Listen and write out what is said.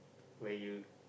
when you